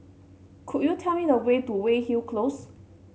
could you tell me the way to Weyhill Close